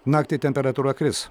naktį temperatūra kris